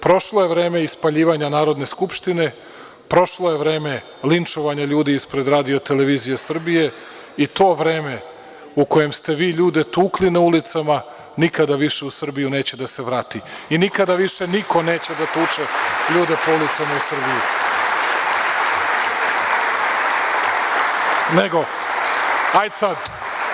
Prošlo je vreme i spaljivanja Narodne skupštine, prošlo je vreme linčovanja ljudi ispred RTS i to vreme u kojem ste vi ljude tukli na ulicama nikada više u Srbiju neće da se vrati i nikada više niko neće da tuče ljude po ulicama u Srbiji.